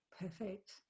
Perfect